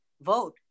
vote